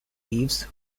ives